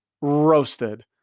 roasted